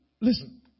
listen